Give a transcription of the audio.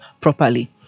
properly